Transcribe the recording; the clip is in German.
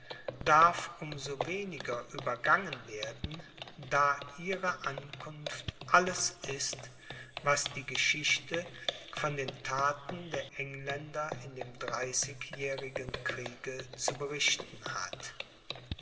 darf um so weniger übergangen werden da ihre ankunft alles ist was die geschichte von den thaten der engländer in dem dreißigjährigen kriege zu berichten hat